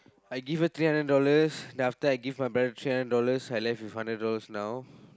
I give her three hundred dollars then after that I give my parents three hundred dollars I left with hundred dollars now